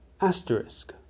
asterisk